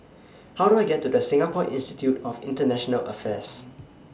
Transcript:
How Do I get to Singapore Institute of International Affairs